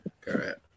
correct